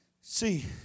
See